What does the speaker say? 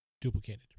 duplicated